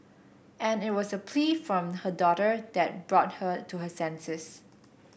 and it was a plea from her daughter that brought her to her senses